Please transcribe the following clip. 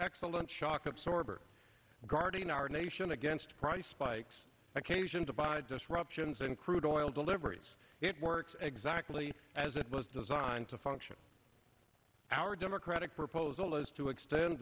excellent shock absorber guarding our nation against price spikes occasion to buy disruptions in crude oil deliveries it works exactly as it was designed to function our democratic proposal is to extend